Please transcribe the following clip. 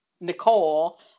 Nicole